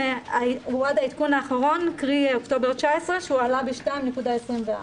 עד העדכון האחרון, קרי אוקטובר 2019, עלה ב-2.24%.